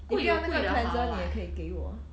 我不要那个 cleanser 你也可以给我